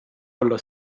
olla